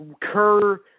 Kerr